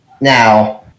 now